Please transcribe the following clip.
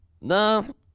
no